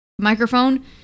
Microphone